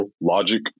logic